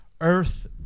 Earth